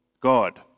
God